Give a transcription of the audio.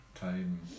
time